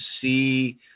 see